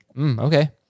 Okay